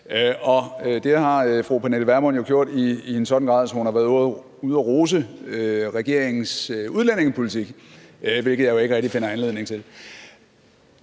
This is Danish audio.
det har fru Pernille Vermund jo gjort i en sådan grad, at hun har været ude at rose regeringens udlændingepolitik, hvilket jeg jo ikke rigtig finder anledning til.